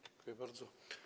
Dziękuję bardzo.